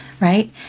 right